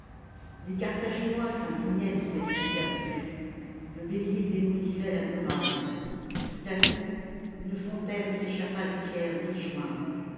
les carthaginois s'indignaient de cette eau perdue le bélier démohssait la muraille tout à coup une fontaine s'échappa des pierres disjointes